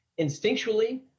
instinctually